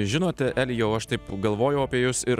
žinote elijau aš taip galvojau apie jus ir